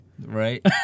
Right